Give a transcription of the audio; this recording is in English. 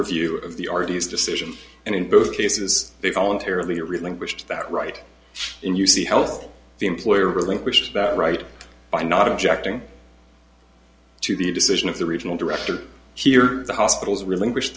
review of the arties decision and in both cases they voluntarily relinquished that right and you see health the employer relinquish that right by not objecting to the decision of the regional director here the hospitals relinquish